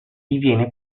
diviene